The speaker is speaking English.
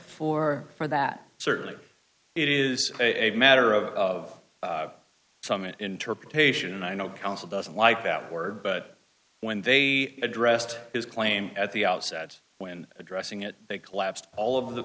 for for that certainly it is a matter of some an interpretation and i know council doesn't like that word but when they addressed his claim at the outset when addressing it they collapsed all of the